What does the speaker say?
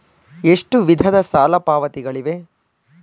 ಎಷ್ಟು ವಿಧದ ಸಾಲ ಪಾವತಿಗಳಿವೆ?